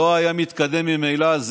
לא היה מתקדם ממילא.